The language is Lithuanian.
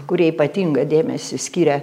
kurie ypatingą dėmesį skiria